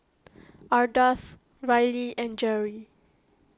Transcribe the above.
Ardath Riley and Jere